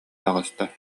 таҕыста